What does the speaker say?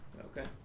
Okay